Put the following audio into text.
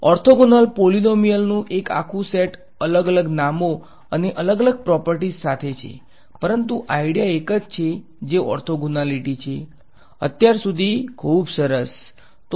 orthogonal પોલીનોમીયલનું એક આખું સેટ અલગ અલગ નામો અને અલગ અલગ પ્રોપર્ટીઝ સાથે છે પરંતુ આઈડીયા એક જ છે જે ઓર્થોગોનાલિટી છે અત્યાર સુધી ખૂબ સારું